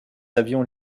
avions